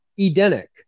Edenic